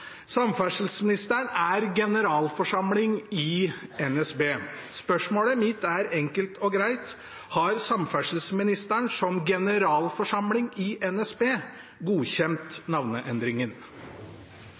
er generalforsamling i NSB. Spørsmålet mitt er enkelt og greit: Har samferdselsministeren som generalforsamling i NSB godkjent